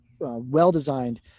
well-designed